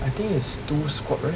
I think is two squat rack